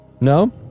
No